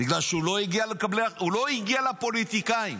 הוא לא הגיע לפוליטיקאים.